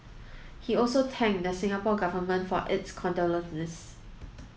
he also thanked the Singapore Government for its condolences